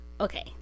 okay